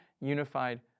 unified